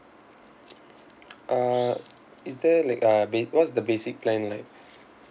uh is there like uh ba~ what's the basic plan like